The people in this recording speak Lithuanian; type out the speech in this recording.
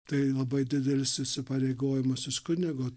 tai labai didelis įsipareigojimas iš kunigo